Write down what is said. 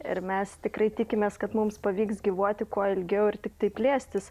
ir mes tikrai tikimės kad mums pavyks gyvuoti kuo ilgiau ir tiktai plėstis